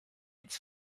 its